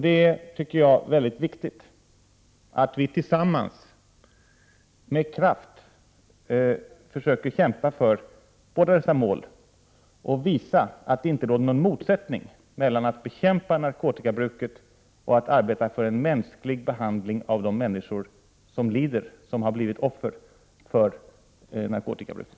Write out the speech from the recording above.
Det är mycket viktigt att vi tillsammans med kraft försöker kämpa för båda dessa mål och visa att det inte råder någon motsättning mellan att bekämpa narkotikabruket och att arbeta för en mänsklig behandling av de människor som lider och som har blivit offer för narkotikabruket.